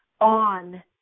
on